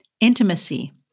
intimacy